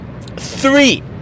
Three